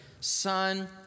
son